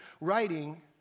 writing